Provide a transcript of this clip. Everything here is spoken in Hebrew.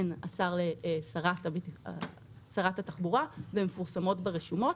הן על ידי שרת התחבורה, והן מפורסמות ברשומות.